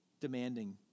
demanding